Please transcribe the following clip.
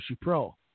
Pro